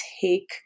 take